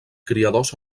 criadors